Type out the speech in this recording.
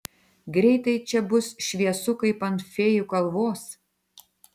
greitai čia bus šviesu kaip ant fėjų kalvos